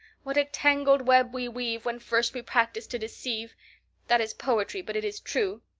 what a tangled web we weave when first we practice to deceive that is poetry, but it is true.